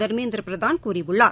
தர்மேந்திர பிரதான் கூறியுள்ளார்